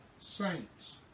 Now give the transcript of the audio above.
saints